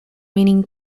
meaning